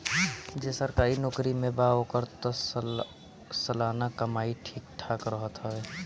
जे सरकारी नोकरी में बा ओकर तअ सलाना कमाई ठीक ठाक रहत हवे